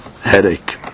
headache